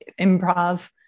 improv